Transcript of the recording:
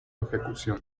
ejecución